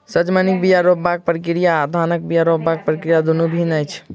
सजमनिक बीया रोपबाक प्रक्रिया आ धानक बीया रोपबाक प्रक्रिया दुनु भिन्न अछि